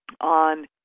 on